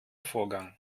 vorgang